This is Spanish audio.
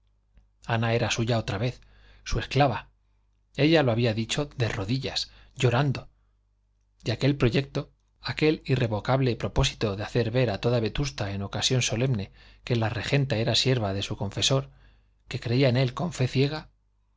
ana era suya otra vez su esclava ella lo había dicho de rodillas llorando y aquel proyecto aquel irrevocable propósito de hacer ver a toda vetusta en ocasión solemne que la regenta era sierva de su confesor que creía en él con fe ciega